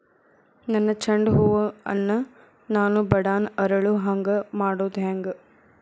ನನ್ನ ಚಂಡ ಹೂ ಅನ್ನ ನಾನು ಬಡಾನ್ ಅರಳು ಹಾಂಗ ಮಾಡೋದು ಹ್ಯಾಂಗ್?